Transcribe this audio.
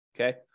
Okay